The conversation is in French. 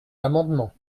l’amendement